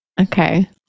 Okay